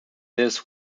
this